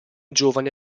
giovane